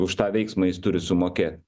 už tą veiksmą jis turi sumokėt